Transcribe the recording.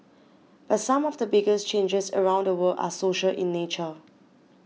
but some of the biggest changes around the world are social in nature